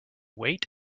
wait